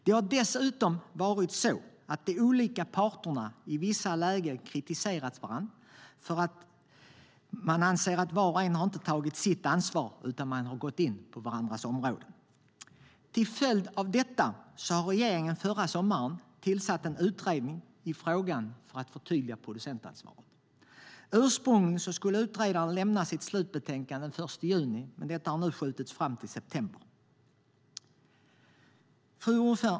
Det har dessutom varit så att de olika parterna i vissa lägen kritiserat varandra. Man anser att var och en inte har tagit sitt ansvar. I stället har man gått in på varandras områden. Till följd av detta tillsatte regeringen förra sommaren en utredning i frågan för att förtydliga producentansvaret. Ursprungligen skulle utredaren avlämna sitt slutbetänkande den 1 juni. Det har nu skjutits fram till september.